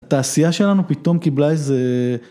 התעשייה שלנו פתאום קיבלה איזה...